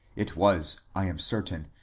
it was, i am certain,